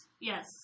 Yes